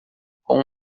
com